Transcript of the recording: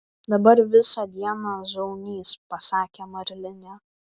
dabar visą dieną zaunys pasakė marlinė